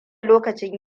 lokacin